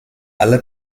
alle